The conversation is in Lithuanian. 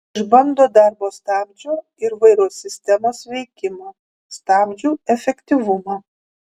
išbando darbo stabdžio ir vairo sistemos veikimą stabdžių efektyvumą